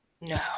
No